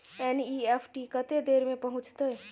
NEFT कत्ते देर में पहुंचतै?